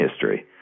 history